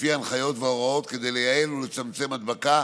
לפי ההנחיות וההוראות, כדי לייעל ולצמצם הדבקה